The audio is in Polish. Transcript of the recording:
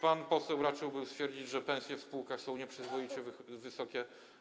Pan poseł raczył stwierdzić, że pensje w spółkach są nieprzyzwoicie wysokie.